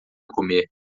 comer